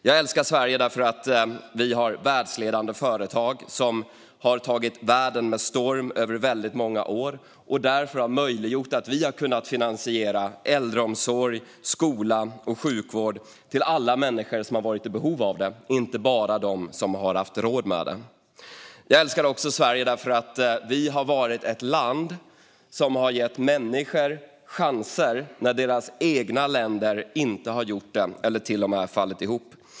Jag älskar Sverige därför att vi har världsledande företag som har tagit världen med storm under många år och därmed möjliggjort att vi har kunnat finansiera äldreomsorg, skola och sjukvård till alla människor som har varit i behov av det, inte bara till dem som har haft råd med det. Jag älskar Sverige också därför att vi har varit ett land som har gett människor chanser när deras egna länder inte har gjort det eller till och med har fallit ihop.